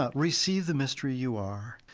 ah receive the mystery you are.